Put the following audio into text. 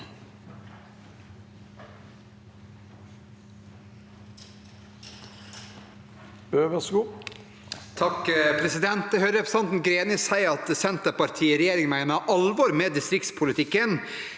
(H) Jeg hører repre- sentanten Greni si at Senterpartiet i regjering mener alvor med distriktspolitikken.